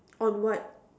on what